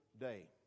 day